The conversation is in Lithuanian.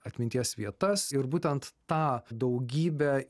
atminties vietas ir būtent tą daugybę